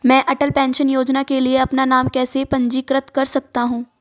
मैं अटल पेंशन योजना के लिए अपना नाम कैसे पंजीकृत कर सकता हूं?